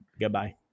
goodbye